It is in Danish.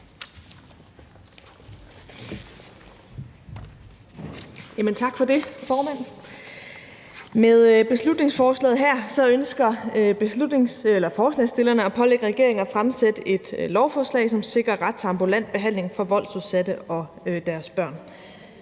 Tak for ordet, formand. Med beslutningsforslaget her ønsker forslagsstillerne at pålægge regeringen at fremsætte et lovforslag, som sikrer ret til ambulant behandling for voldsudsatte og deres børn.